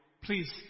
Please